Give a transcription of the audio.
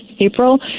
April